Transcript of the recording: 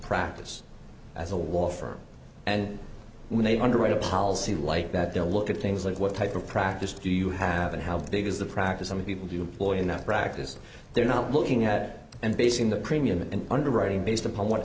practice as a wall firm and when they underwrite a policy like that they'll look at things like what type of practice do you have and how big is the practice some people do a lawyer not practice they're not looking at and basing the premium and underwriting based upon what